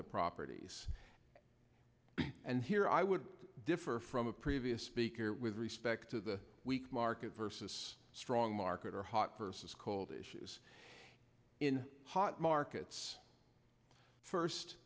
the properties and here i would differ from a previous speaker with respect to the weak market versus strong market or hot versus cold issues in hot markets first